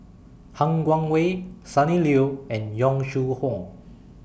Han Guangwei Sonny Liew and Yong Shu Hoong